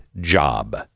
job